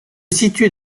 situe